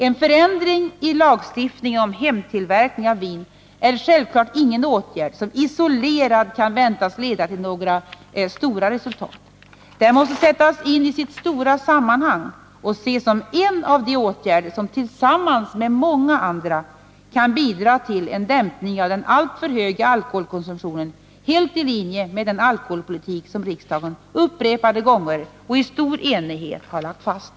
En förändring i lagstiftningen om hemtillverkning av vin är självfallet ingen åtgärd som isolerad kan väntas leda till några stora resultat. Den måste sättas in i sitt stora sammanhang och ses som en av de åtgärder som tillsammans med många andra kan bidra till en dämpning av den alltför höga alkoholkonsumtionen, helt i linje med den alkoholpolitik som riksdagen upprepade gånger och i stor enighet lagt fast.